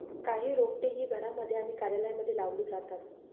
काही रोपटे ही घरांमध्ये आणि कार्यालयांमध्ये लावली जातात